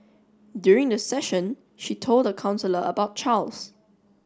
during the session she told the counsellor about Charles